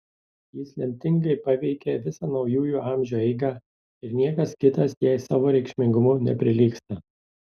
jis lemtingai paveikė visą naujųjų amžių eigą ir niekas kitas jai savo reikšmingumu neprilygsta